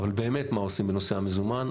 אבל באמת מה עושים בנושא המזומן.